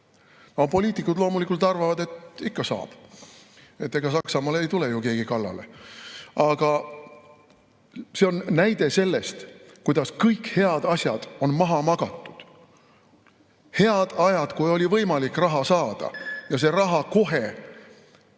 Aga poliitikud loomulikult arvavad, et ikka saab, ega Saksamaale ei tule ju keegi kallale. Aga see on näide sellest, kuidas kõik head asjad on maha magatud. Head ajad, kui oli võimalik raha saada ja see raha kohe